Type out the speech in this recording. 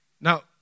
Now